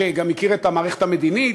שגם הכיר את המערכת המדינית,